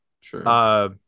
Sure